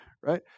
Right